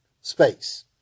space